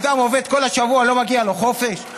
אדם עובד כל השבוע, לא מגיע לו חופש?